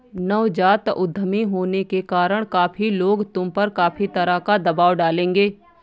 नवजात उद्यमी होने के कारण काफी लोग तुम पर काफी तरह का दबाव डालेंगे